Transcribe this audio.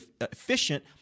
efficient